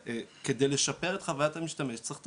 וכדי לשפר את חווית המשתמש צריך את